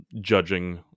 judging